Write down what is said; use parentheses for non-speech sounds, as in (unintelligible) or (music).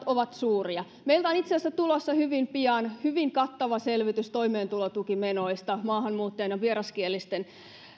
(unintelligible) ovat suuria meiltä on itse asiassa tulossa hyvin pian hyvin kattava selvitys toimeentulotukimenoista maahanmuuttajien ja vieraskielisten